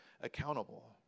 accountable